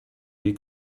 dir